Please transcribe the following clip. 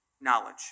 Knowledge